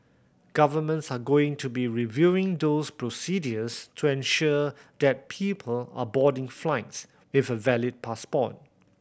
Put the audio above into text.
governments are going to be reviewing those procedures to ensure that people are boarding flights with a valid passport